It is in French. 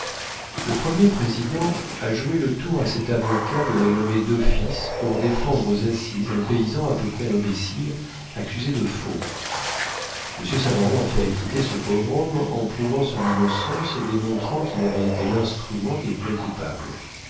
le premier président a joué le tour à cet avocat de le nommer d'office pour défendre aux assises un paysan à peu près imbécile accusé de faux monsieur savaron a fait acquitter ce pauvre homme en prouvant son innocence et démontrant qu'il avait été l'instrument des vrais coupables